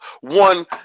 one